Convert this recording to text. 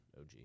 og